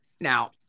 Now